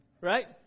Right